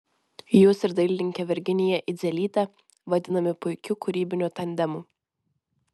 jūs ir dailininkė virginija idzelytė vadinami puikiu kūrybiniu tandemu